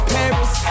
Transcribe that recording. Paris